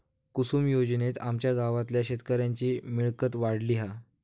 कुसूम योजनेत आमच्या गावातल्या शेतकऱ्यांची मिळकत वाढली हा